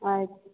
ಆಯ್ತು